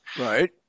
Right